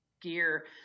gear